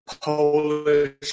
Polish